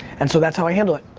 and so that's how i handle it.